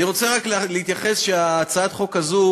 אני רוצה רק להתייחס: הצעת החוק הזאת,